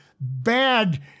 bad